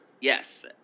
Yes